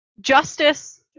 Justice